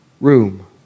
room